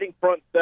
front